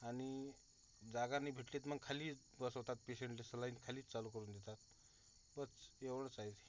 आनि जागा नाई भेटतेत मंग खालीच बसवतात पेशंट आनि सलाईन खालीच चालू करून देतात बस येवडंच आए